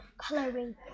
Coloring